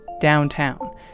downtown